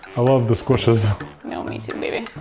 i love the so you know me too, baby.